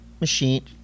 machine